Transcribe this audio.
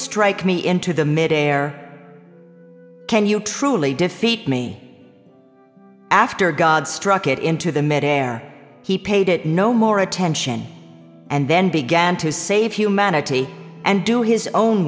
strike me into the mid air can you truly defeat me after god struck it into the mid air he paid it no more attention and then began to save humanity and do his own